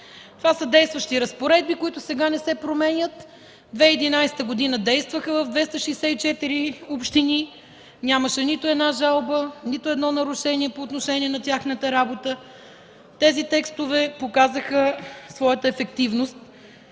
Това са действащи разпоредби, които сега не се променят. През 2011 г. действаха в 264 общини, нямаше нито една жалба, нито едно нарушение по отношение на тяхната работа. Тези текстове показаха своята ефективност